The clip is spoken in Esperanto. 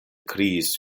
kriis